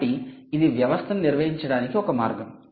కాబట్టి ఇది వ్యవస్థను నిర్వహించడానికి ఒక మార్గం